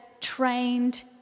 trained